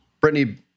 Brittany